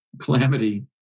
calamity